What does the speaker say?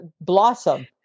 Blossom